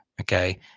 Okay